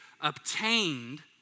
obtained